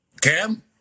Cam